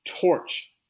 torch